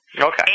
Okay